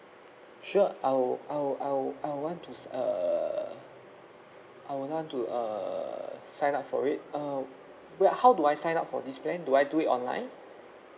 sure I'll I'll I'll I'll want to si~ err I would want to err sign up for it uh where how do I sign up for this plan do I do it online